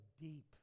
deep